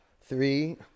three